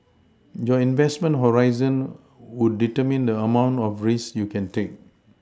your investment horizon would determine the amount of risks you can take